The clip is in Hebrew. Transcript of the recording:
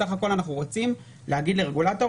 בסך הכול אנחנו רוצים להגיד לרגולטור